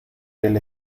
del